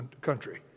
country